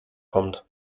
kommt